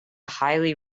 highly